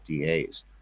DAs